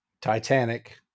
Titanic